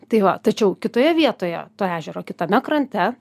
tai va tačiau kitoje vietoje to ežero kitame krante